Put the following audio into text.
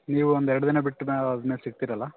ನೀವು ಒಂದು ಎರಡು ದಿನ ಬಿಟ್ಟು ಆದ್ಮೇಲೆ ಸಿಕ್ತೀರಲ್ಲ